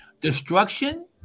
Destruction